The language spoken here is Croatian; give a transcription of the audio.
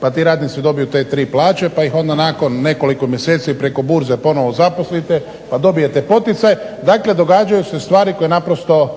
pa ti radnici dobiju te tri plaće pa ih onda nakon nekoliko mjeseci preko Burze ponovno zaposlite pa dobijete poticaj. Dakle, događaju se stvari koje naprosto